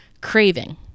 craving